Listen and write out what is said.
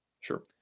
Sure